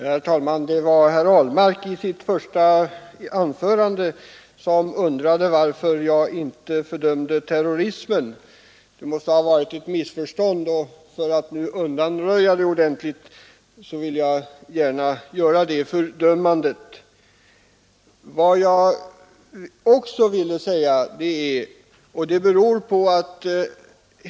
Herr talman! Herr Ahlmark undrade i sitt första anförande varför jag inte fördömde terrorismen. Det måste föreligga ett missförstånd, och för att undanröja det ordentligt vill jag gärna nu uttala ett sådant fördömande.